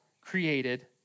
created